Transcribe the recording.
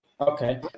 Okay